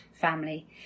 family